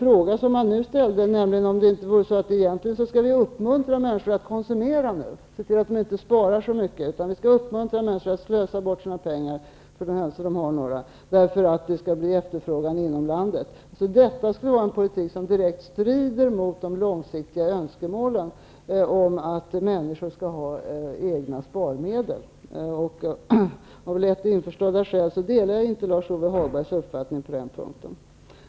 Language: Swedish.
Han ställde en fråga, nämligen om vi inte egentligen borde uppmuntra människor att konsumera och se till att de inte sparar så mycket. Vi skall uppmuntra människor att slösa bort sina pengar, för den händelse de har några, för att det skall bli efterfrågan inom landet. Detta skulle vara en politik som direkt strider mot de långsiktiga önskemålen om att människor skall ha egna sparmedel. Av lättförståeliga skäl delar jag inte Lars-Ove Hagbergs uppfattning på den punkten.